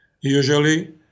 Usually